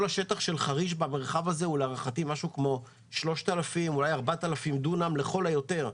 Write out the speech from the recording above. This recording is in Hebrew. כל השטח של חריש במרחב הזה הוא 3,000 או 4,000 דונם לכל היותר.